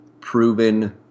proven